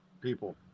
people